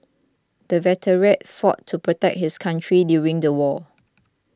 the veteran fought to protect his country during the war